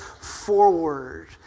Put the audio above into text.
forward